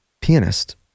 Pianist